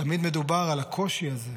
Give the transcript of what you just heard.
תמיד מדובר על הקושי הזה,